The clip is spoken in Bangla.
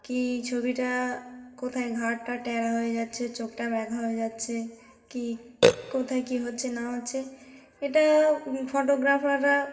কী ছবিটা কোথায় ঘাড়টা ট্যারা হয়ে যাচ্ছে চোখটা বাঁকা হয়ে যাচ্ছে কী কোথায় কী হচ্ছে না হচ্ছে এটা ফটোগ্রাফাররা